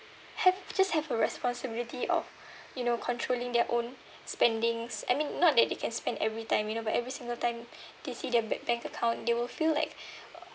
have just have a responsibility of you know controlling their own spendings I mean not that they can spend every time you know but every single time they see their ba~ bank account they will feel like